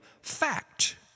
fact